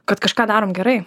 kad kažką darom gerai